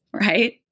right